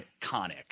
iconic